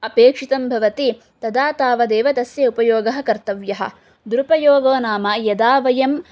अपेक्षितं भवति तदा तावदेव तस्य उपयोगः कर्तव्यः दुरुपयोगो नाम यदा वयं